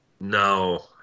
No